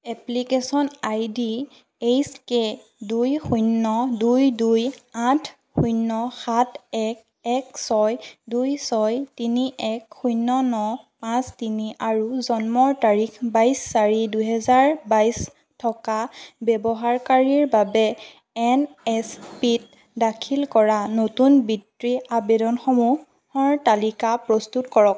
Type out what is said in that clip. application ID H K দুই শূণ্য দুই দুই আঠ শূণ্য সাত এক এক ছয় দুই ছয় তিনি এক শূণ্য ন পাঁচ তিনি আৰু জন্মৰ তাৰিখ বাইছ চাৰি দুহেজাৰ বাইছ থকা ব্যৱহাৰকাৰীৰ বাবে এন এছ পি ত দাখিল কৰা নতুন বৃত্তি আবেদনসমূহৰ তালিকা প্ৰস্তুত কৰক